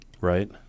right